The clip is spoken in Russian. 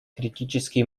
критический